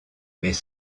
mais